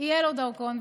יהיה לו דרכון.